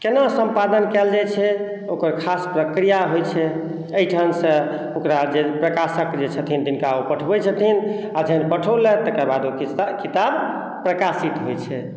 केना संपादन कयल जाइ छै ओकर खास प्रक्रिया होइ छै एहिठाम सॅं ओकरा जे प्रकाशक जे छथिन तिनका ओ पठबै छथिन आ जहन पठौलथि तकर बाद ओ किताब प्रकाशित होइ छै